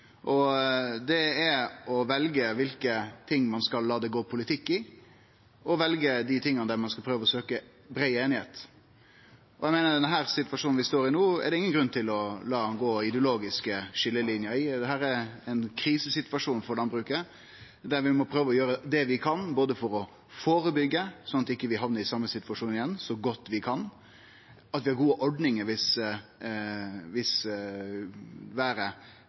og gi han eit tips: Det er å velje kva ein skal la det gå politikk i, og kva ein skal prøve å søkje brei einigheit om. Eg meiner at det ikkje er nokon grunn til å la det gå ideologiske skiljelinjer i den situasjonen vi står i no. Dette er ein krisesituasjon for landbruket, og vi må prøve å gjere det vi kan, både for å førebyggje så godt vi kan, slik at vi ikkje hamnar i den same situasjonen igjen, ved at vi har gode ordningar viss